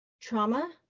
trauma